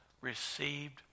received